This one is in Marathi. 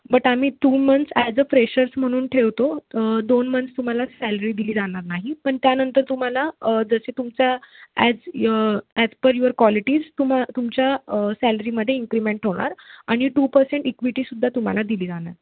बट आम्ही two months as a freshers म्हणून ठेवतो दोन मंथ्स तुम्हाला सॅलरी दिली जाणार नाही पण त्यानंतर तुम्हाला जसे तुमच्या ॲज य ॲज पर युअर कॉलिटीज तुम्ही तुमच्या सॅलरीमध्ये इन्क्रीमेंट होणार आणि टू पसेंट इक्विटीसुद्धा तुम्हाला दिली जाणार